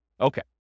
Okay